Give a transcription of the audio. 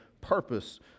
purpose